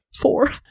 Four